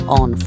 on